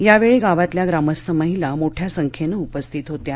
यावेळी गावातील ग्रामस्थ महिला मोठ्या संख्येने उपस्थित होत्या